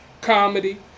comedy